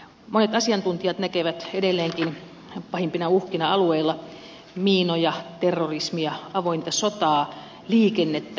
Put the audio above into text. monet asiantuntijat näkevät edelleenkin pahimpina uhkina alueella miinoja terrorismia avointa sotaa liikennettä